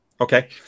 Okay